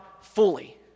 fully